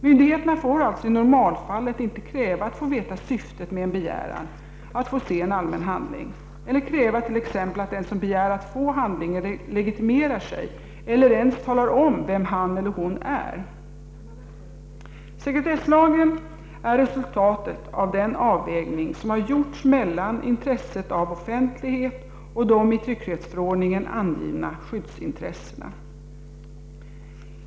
Myndigheterna får alltså i normalfallet inte kräva att få veta syftet med en begäran att få se en allmän handling eller kräva t.ex. att den som begär att få se handlingen legitimerar sig eller ens talar om vem han eller hon är. Sekretesslagen är resultatet av den avvägning som har gjorts mellan intresset av offentlighet och de i tryckfrihetsförordningen angivna skyddsintressena.